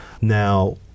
Now